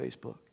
Facebook